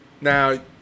Now